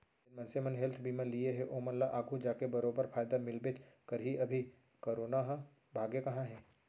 जेन मनसे मन हेल्थ बीमा लिये हें ओमन ल आघु जाके बरोबर फायदा मिलबेच करही, अभी करोना ह भागे कहॉं हे?